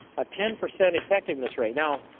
a ten percent effectiveness rate. now,